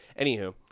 Anywho